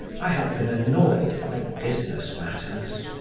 i have been annoyed by business matters.